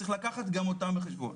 צריך לקחת גם אותם בחשבון.